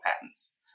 patents